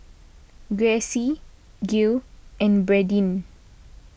Gracie Gil and Bradyn